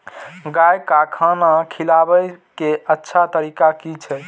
गाय का खाना खिलाबे के अच्छा तरीका की छे?